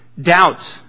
doubt